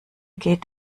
geht